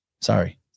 Sorry